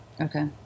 okay